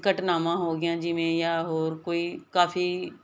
ਘਟਨਾਵਾਂ ਹੋ ਗਈਆਂ ਜਿਵੇਂ ਜਾਂ ਹੋਰ ਕੋਈ ਕਾਫੀ